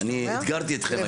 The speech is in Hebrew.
אתגרתי אתכם היום.